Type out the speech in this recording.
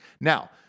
Now